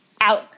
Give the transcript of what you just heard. out